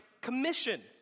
Commission